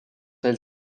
elle